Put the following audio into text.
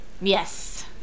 Yes